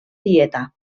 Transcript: dieta